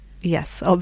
yes